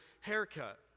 haircut